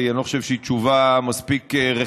כי אני לא חושב שהיא תשובה מספיק רחבה,